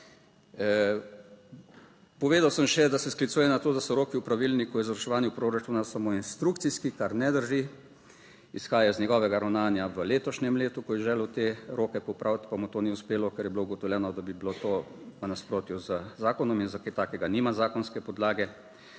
Povedal sem še, da se sklicuje na to, da so roki v Pravilniku o izvrševanju proračuna samo inštrukcijski, kar ne drži. Izhaja iz njegovega ravnanja v letošnjem letu, ko je želel te roke popraviti, pa mu to ni uspelo, ker je bilo ugotovljeno, da bi bilo to v nasprotju z zakonom in za kaj takega nima zakonske podlage.